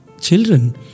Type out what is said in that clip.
children